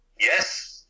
Yes